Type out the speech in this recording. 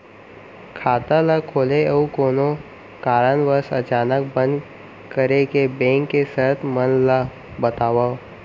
खाता ला खोले अऊ कोनो कारनवश अचानक बंद करे के, बैंक के शर्त मन ला बतावव